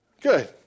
Good